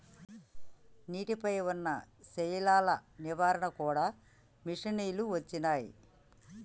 నీటి పై వున్నా శైవలాల నివారణ కూడా మషిణీలు వచ్చినాయి